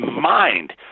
mind